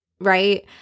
right